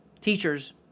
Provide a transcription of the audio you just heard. teachers